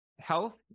Health